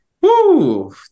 Woo